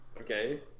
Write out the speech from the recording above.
Okay